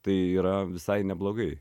tai yra visai neblogai